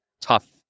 tough